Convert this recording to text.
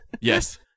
Yes